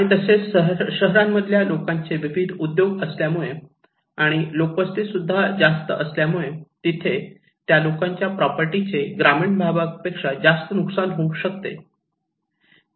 आणि तसेच शहरांमध्ये लोकांचे विविध उद्योग असल्यामुळे आणि लोकवस्ती सुद्धा जास्त असल्यामुळे तिथे त्या लोकांच्या प्रॉपर्टीचे ग्रामीण भागापेक्षा जास्त नुकसान होऊ शकते